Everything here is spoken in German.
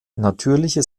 natürliche